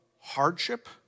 hardship